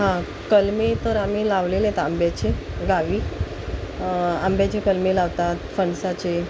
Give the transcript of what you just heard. हां कलमे तर आम्ही लावलेलेत आंब्याचे गावी आंब्याचे कलमे लावतात फंडसाचे